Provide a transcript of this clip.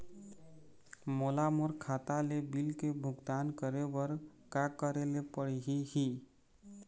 मोला मोर खाता ले बिल के भुगतान करे बर का करेले पड़ही ही?